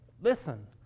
listen